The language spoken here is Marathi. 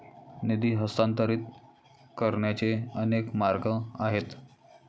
निधी हस्तांतरित करण्याचे अनेक मार्ग आहेत